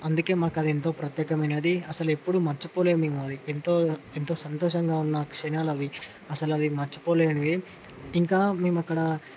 అందుకే మాకు అది ఎంతో ప్రత్యేకమైనది అసలు ఎప్పుడు మర్చిపోలేము మేము అది ఎంతో సంతోషంగా ఉన్న ఆ క్షణాలు అవి అసలు అవి మర్చిపోలేనిది ఇంకా మేము అక్కడ